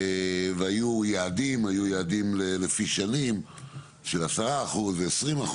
והיו יעדים לפי שנים של 10% ו-20%.